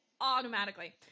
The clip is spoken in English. automatically